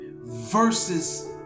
versus